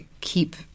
keep